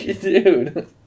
dude